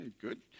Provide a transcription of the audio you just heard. Good